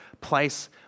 place